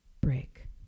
break